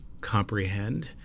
comprehend